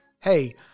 Hey